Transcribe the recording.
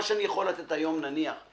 מה שאני יכול לתת היום בתחרות.